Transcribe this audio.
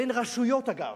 בין רשויות, אגב,